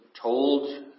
told